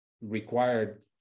required